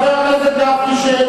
חבר הכנסת גפני, שב.